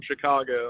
Chicago